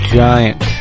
giant